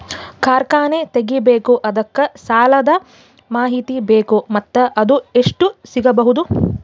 ಕಾರ್ಖಾನೆ ತಗಿಬೇಕು ಅದಕ್ಕ ಸಾಲಾದ ಮಾಹಿತಿ ಬೇಕು ಮತ್ತ ಅದು ಎಷ್ಟು ಸಿಗಬಹುದು?